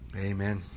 Amen